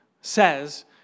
says